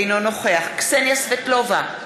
אינו נוכח קסניה סבטלובה,